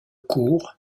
court